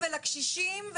לקשישים,